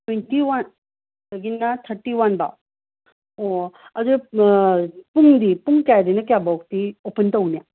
twenty ꯋꯥꯟꯗꯒꯤꯅ thirty ꯋꯥꯟꯚꯧ ꯑꯣ ꯑꯗꯨ ꯄꯨꯡꯗꯤ ꯄꯨꯡ ꯀꯌꯥꯗꯒꯤꯅ ꯀꯌꯥꯚꯧꯇꯤ ꯑꯣꯄꯟ ꯇꯧꯅꯤ